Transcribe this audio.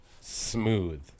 smooth